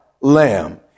lamb